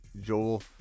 Joel